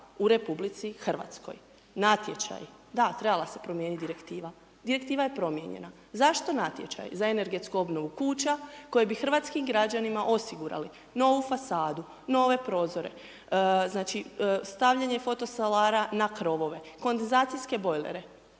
u Republici Hrvatskoj. Natječaj, da, trebala se promijeniti Direktiva. Direktiva je promijenjena. Zašto natječaj za energetsku obnovu kuća koji bi hrvatskim građanima osigurali novu fasadu, nove prozore, znači, stavljanje fotosolara na krovove, kondenzacijske bojlere,